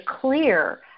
clear